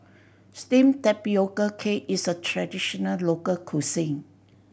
steamed tapioca cake is a traditional local cuisine